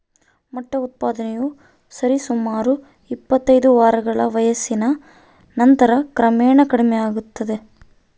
ಮೊಟ್ಟೆ ಉತ್ಪಾದನೆಯು ಸರಿಸುಮಾರು ಇಪ್ಪತ್ತೈದು ವಾರಗಳ ವಯಸ್ಸಿನ ನಂತರ ಕ್ರಮೇಣ ಕಡಿಮೆಯಾಗ್ತದ